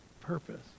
purpose